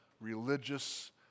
religious